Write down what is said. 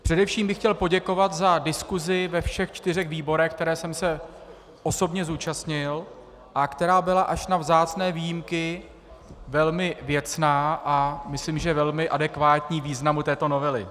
Především bych chtěl poděkovat za diskusi ve všech čtyřech výborech, které jsem se osobně zúčastnil a která byla až na vzácné výjimky velmi věcná, a myslím, že velmi adekvátní významu této novely.